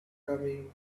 coming